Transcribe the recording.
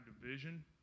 division